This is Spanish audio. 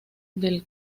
del